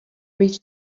reach